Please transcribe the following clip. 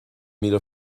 míle